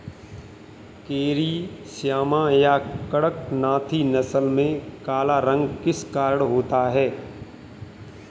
Carry Shyama या कड़कनाथी नस्ल में काला रंग किस कारण होता है?